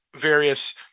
various